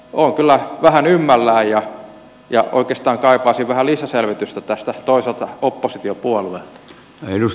olen kyllä vähän ymmälläni ja oikeastaan kaipaisin vähän lisäselvitystä tästä toiselta oppositiopuolueelta